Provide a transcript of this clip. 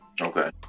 okay